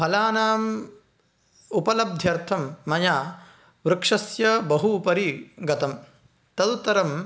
फलानाम् उपलब्ध्यर्थं मया वृक्षस्य बहु उपरि गतं तदुत्तरं